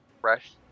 fresh